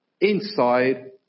inside